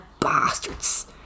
bastards